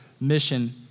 mission